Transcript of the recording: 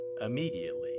immediately